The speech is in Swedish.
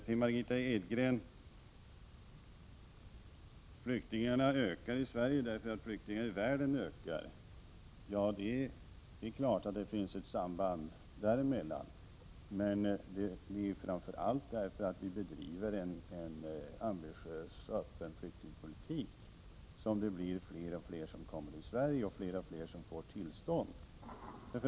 Till Margitta Edgren: Antalet flyktingar till Sverige ökar, därför att antalet flyktingar i världen ökar, säger hon. Det är klart att det finns ett samband. Men det är framför allt för att vi bedriver en ambitiös och öppen flyktingpolitik som fler och fler kommer till Sverige och som fler och fler får uppehållstillstånd.